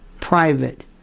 private